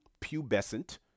pubescent